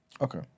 Okay